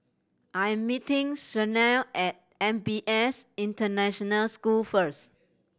I am meeting Shayne at N P S International School first